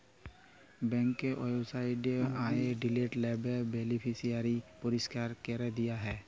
ব্যাংকের ওয়েবসাইটে যাঁয়ে ডিলিট ট্যাবে বেলিফিসিয়ারিকে পরিষ্কার ক্যরে দিয়া যায়